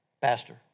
pastor